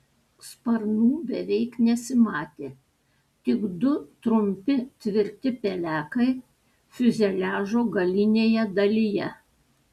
sparnų beveik nesimatė tik du trumpi tvirti pelekai fiuzeliažo galinėje dalyje